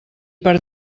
per